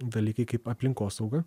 dalykai kaip aplinkosauga